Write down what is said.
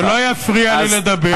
שלא יפריע לי לדבר.